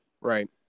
right